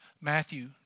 Matthew